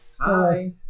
Hi